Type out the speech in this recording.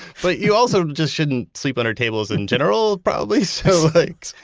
but you also just shouldn't sleep under tables, in general, probably. so like,